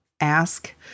ask